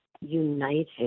united